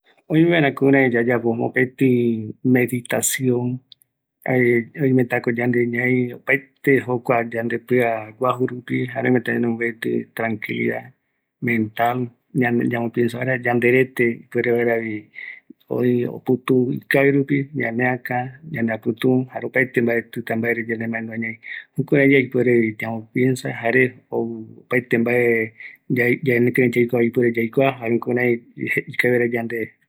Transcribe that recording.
Kua meditacion, ñaitako opaete yanderete, ñaneaka oï ipiaguie, jayave oïmeta kua meditacion jeiva, mbaetɨ reve kia yandebambeko kïrï ñaivaera